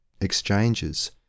exchanges